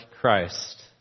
Christ